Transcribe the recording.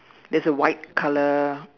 there's a white color